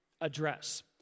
address